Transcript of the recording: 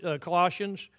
Colossians